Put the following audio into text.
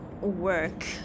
work